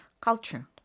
culture